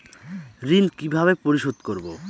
ঋণ কিভাবে পরিশোধ করব?